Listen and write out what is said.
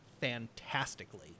fantastically